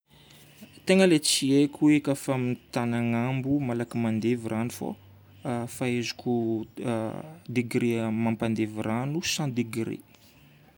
Tegna le tsy haiko eka fa amin'ny tany agnambo malaky mandevy rano fô, fa izy koa degré-n'ny mampandevy rano 100 degré.